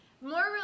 more